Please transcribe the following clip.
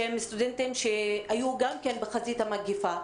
שהם סטודנטים שהיו גם כן בחזית המגפה,